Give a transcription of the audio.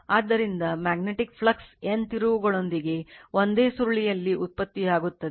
ಆದ್ದರಿಂದ magnetic flux N ತಿರುವುಗಳೊಂದಿಗೆ ಒಂದೇ ಸುರುಳಿಯಲ್ಲಿ ಉತ್ಪತ್ತಿಯಾಗುತ್ತದೆ